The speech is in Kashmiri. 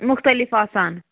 مُختلِف آسان